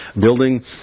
building